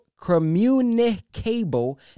communicable